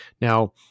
Now